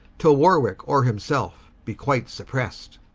till warwicke, or himselfe, be quite supprest